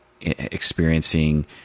experiencing